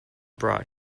brought